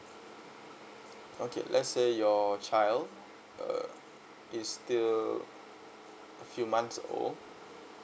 okay let's say your child err is still a few months old